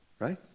right